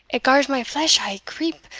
it gars my flesh aye creep,